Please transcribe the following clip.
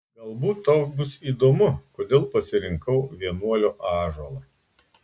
galbūt tau bus įdomu kodėl pasirinkau vienuolio ąžuolą